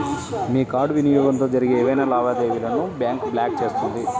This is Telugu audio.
మీ కార్డ్ వినియోగంతో జరిగే ఏవైనా లావాదేవీలను బ్యాంక్ బ్లాక్ చేస్తుంది